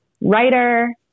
writer